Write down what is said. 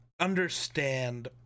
understand